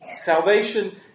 Salvation